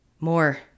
more